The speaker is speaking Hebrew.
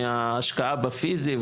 מההשקעה בפיזי,